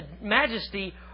majesty